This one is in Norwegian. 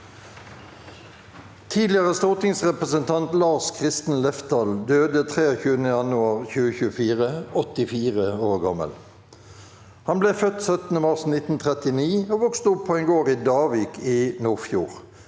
Tidligere stortingsrepresentant Lars Kristen Lefdal døde 23. januar 2024, 84 år gammel. Han ble født 17. mars 1939 og vokste opp på en gård i Davik i Nordfjord.